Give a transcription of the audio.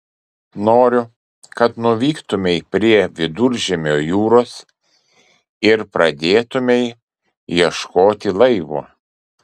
noriu kad nuvyktumei prie viduržemio jūros ir pradėtumei ieškoti laivo